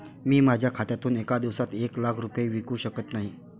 मी माझ्या खात्यातून एका दिवसात एक लाख रुपये विकू शकत नाही